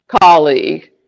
colleague